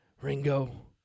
Ringo